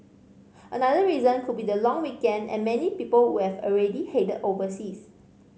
another reason could be the long weekend and many people would have already headed overseas